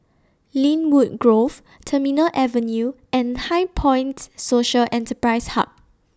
Lynwood Grove Terminal Avenue and HighPoint Social Enterprise Hub